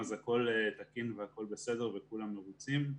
אז הכול תקין והכול בסדר וכולם מרוצים.